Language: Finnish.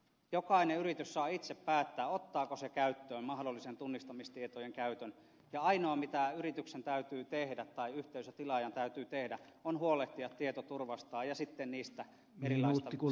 jokainen yritys saa itse päättää ottaako se käyttöön mahdollisen tunnistamistietojen käytön ja ainoa mitä yrityksen tai yhteisötilaajan täytyy tehdä on huolehtia tietoturvastaan ja sitten niistä erilaisista sanktioiduista velvoitteista